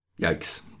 Yikes